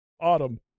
Autumn